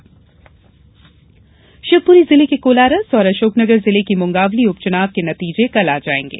उपचुनाव मतगणना शिवपुरी जिले के कोलारस और अशोकनगर जिले की मुंगावली उपचुनाव के नतीजे कल आ जायेंगे